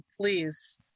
please